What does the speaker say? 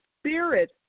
spirit